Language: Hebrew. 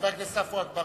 חבר הכנסת עפו אגבאריה.